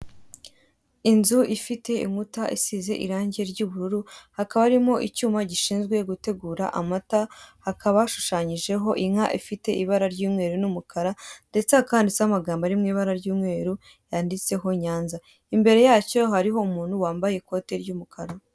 Inzu ifite inkuta zisize irange ry'ubururu, hakaba harimo icyuma gishinzwe gutegura amata, hakaba hashushanyijeho inka ifite ibara ry'umweru n'umukara ndetse hakaba handitseho amagambo ari mu ibara ry'umweru yanditseho Nyanza, imbere yacyo hariho umuntu wambaye ikote ry'umukara.